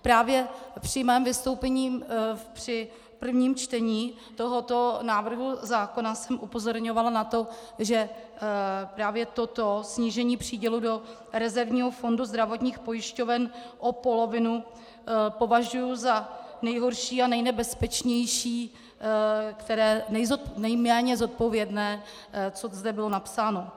Právě při svém vystoupení při prvním čtení tohoto návrhu zákona jsem upozorňovala na to, že právě toto snížení přídělu do rezervního fondu zdravotních pojišťoven o polovinu považuji za nejhorší a nejnebezpečnější, nejméně zodpovědné, co zde bylo napsáno.